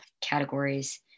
categories